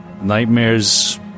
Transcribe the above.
nightmares